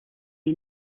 you